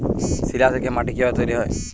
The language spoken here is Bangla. শিলা থেকে মাটি কিভাবে তৈরী হয়?